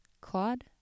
Claude